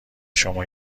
شما